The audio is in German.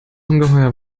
ungeheuer